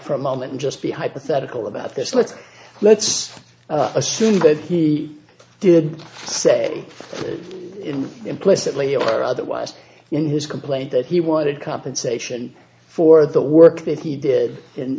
for a moment and just be hypothetical about this let's let's assume that he did say implicitly or otherwise in his complaint that he wanted compensation for the work that he did